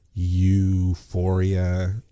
Euphoria